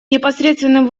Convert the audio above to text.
непосредственным